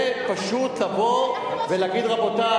חברת הכנסת זועבי,